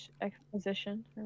Exposition